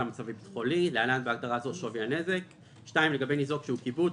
המצב הביטחוני (להלן בהגדרה זו שווי הנזק); לגבי ניזוק שהוא קיבוץ,